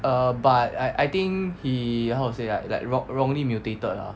err but I I think he how to say ah like wron~ wrongly mutated ah